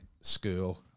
school